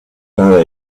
cada